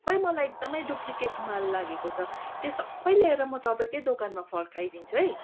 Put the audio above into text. मलाई एकदमै डुप्लिकेट माल लागेको छ त्यो सबै ल्याएर म तपाईँकै दोकानमा फर्काइदिन्छु है